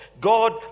God